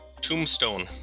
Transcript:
Tombstone